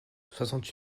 soixante